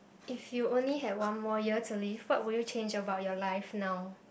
if you only had one more year to live what would you change about your life now